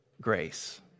grace